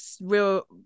real